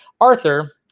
Arthur